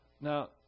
Now